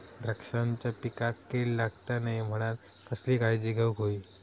द्राक्षांच्या पिकांक कीड लागता नये म्हणान कसली काळजी घेऊक होई?